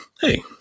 Hey